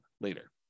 later